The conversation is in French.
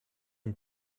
une